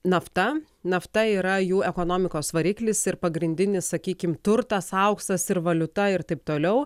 nafta nafta yra jų ekonomikos variklis ir pagrindinis sakykim turtas auksas ir valiuta ir taip toliau